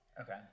Okay